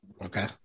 Okay